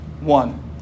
one